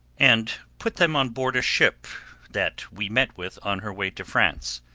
and put them on board a ship that we met with on her way to france,